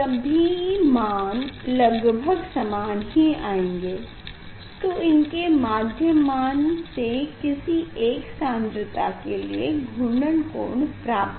सभी मान लगभग समान ही आएँगे तो इनके माध्य मान से किसी एक सान्द्रता के लिए घूर्णन कोण प्राप्त होगा